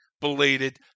belated